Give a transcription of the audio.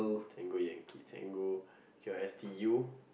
tango yankee tango Q R S T U